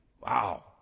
Wow